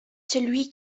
celui